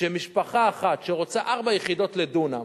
שמשפחה אחת, שרוצה ארבע יחידות לדונם,